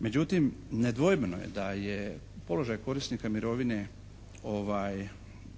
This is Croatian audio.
Međutim nedvojbeno je da je položaj korisnika mirovine